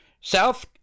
South